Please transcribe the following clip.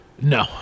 No